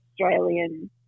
Australian